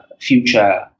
future